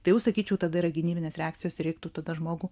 tai jau sakyčiau tada yra gynybinės reakcijos ir reiktų tada žmogų